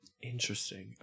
Interesting